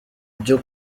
byo